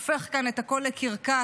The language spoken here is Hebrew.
הופך כאן את הכול לקרקס,